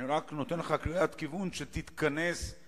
אני רק נותן לך קריאת כיוון, כדי שתתכנס לסיום.